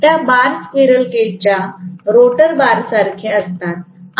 त्या bar squirrel cage च्या rotor बारसारखेच असतात